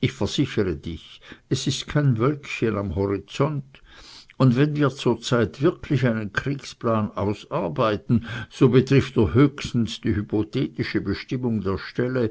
ich versichere dich es ist kein wölkchen am horizont und wenn wir zurzeit wirklich einen kriegsplan ausarbeiten so betrifft er höchstens die hypothetische bestimmung der stelle